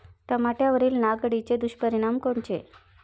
टमाट्यावरील नाग अळीचे दुष्परिणाम कोनचे?